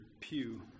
Pew